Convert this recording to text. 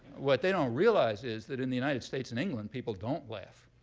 what they don't realize is that in the united states and england, people don't laugh.